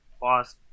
boss